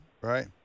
right